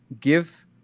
give